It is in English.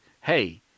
hey